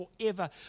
forever